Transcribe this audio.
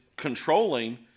controlling